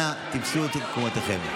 אנא תפסו את מקומותיכם.